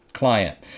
client